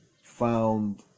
found